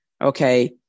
Okay